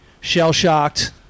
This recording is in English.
shell-shocked